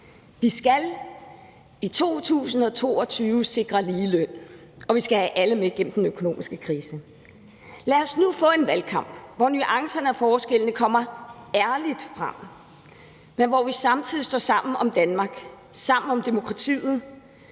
Vi skal i 2022 sikre ligeløn, og vi skal have alle med gennem den økonomiske krise. Lad os nu få en valgkamp, hvor nuancerne og forskellene kommer ærligt frem, men hvor vi samtidig står sammen om Danmark, om demokratiet.